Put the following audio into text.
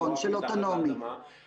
לא רק מתחת לאדמה,